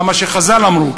אלא מה שחז"ל אמרו,